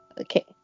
Okay